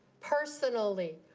personally,